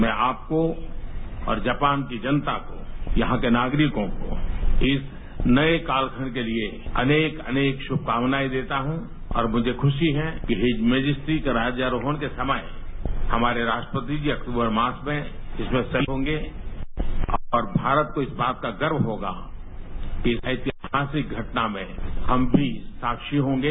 मैं आप को और जापान की जनता को यहां के नागरिकों को इस नये कालखंड के लिए अनेक अनेक शुभकामनाएं देता हूं और मुझे खुशी है कि हिज मैजेस्टी का राज्यरोहण के समय हमारे राष्ट्रपति जी अक्तूबर मास में इसमें शामिल होंगे और भारत को इस बात का गर्व होगा कि इस ऐतिहासिक घटना में हम भी साक्षी होंगे